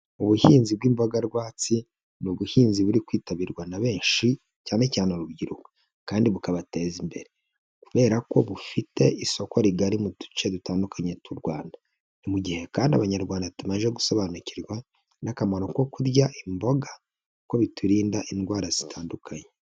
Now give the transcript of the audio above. Ubuhinzi bw'imboga rwatsi ni ubuhinzi buri kwitabirwa na benshi, cyane cyane urubyiruko kandi bukabateza imbere kubera ko bufite isoko rigari mu duce dutandukanye tw'u Rwanda. Ni mu gihe kandi Abanyarwanda tumaze gusobanukirwa n'akamaro ko kurya imboga kuko biturinda indwara zitandukanye.